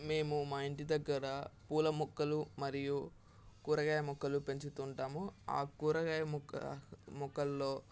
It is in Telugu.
మేము మా ఇంటి దగ్గర పూల మొక్కలు మరియు కూరగాయ మొక్కలు పెంచుతుంటాము ఆ కూరగాయ మొక్క మొక్కల్లో